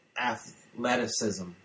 athleticism